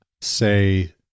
say